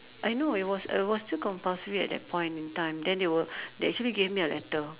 I know it was it was still compulsory at that point in time then they will they actually gave me a letter